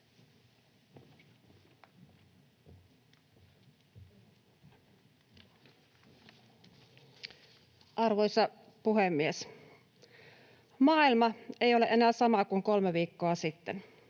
Arvoisa puhemies! Maailma ei ole enää sama kuin kolme viikkoa sitten.